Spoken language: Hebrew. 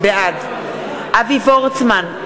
בעד אבי וורצמן,